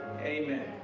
Amen